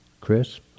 crisp